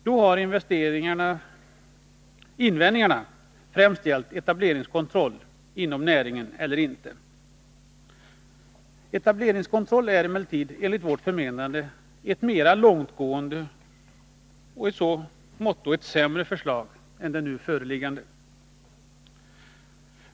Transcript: Då har invändningarna främst gällt etableringskontroll inom näringen. Etableringskontroll är enligt vårt förmenande ett mera långtgående och i så måtto ett sämre förslag än det nu föreliggande.